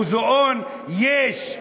מוזיאון יש.